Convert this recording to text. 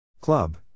Club